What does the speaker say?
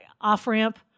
off-ramp